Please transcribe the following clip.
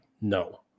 no